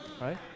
right